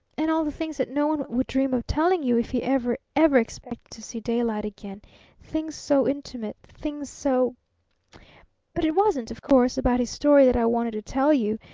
and all the things that no one would dream of telling you if he ever, ever expected to see daylight again things so intimate things so but it wasn't, of course, about his story that i wanted to tell you.